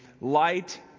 light